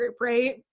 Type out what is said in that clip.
right